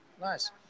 Nice